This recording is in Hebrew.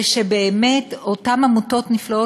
ובאמת אותן עמותות נפלאות,